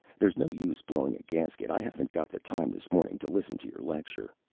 there's no use blowing a gasket. i haven't got the time this morning to listen to your lecture.